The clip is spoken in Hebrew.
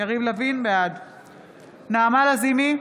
נעמה לזימי,